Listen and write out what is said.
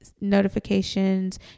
notifications